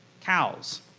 cows